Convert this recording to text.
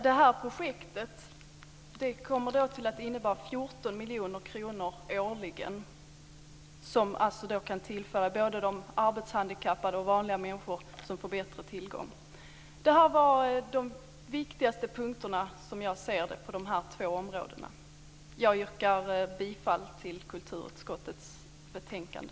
Detta projekt kommer att innebära 14 miljoner kronor årligen, som alltså kan tillföra både de arbetshandikappade och vanliga människor, som får bättre tillgång, någonting. Detta var de viktigaste punkterna, som jag ser det, på dessa två områden. Jag yrkar bifall till hemställan i kulturutskottets betänkande.